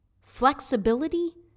Flexibility